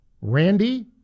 Randy